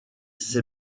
ces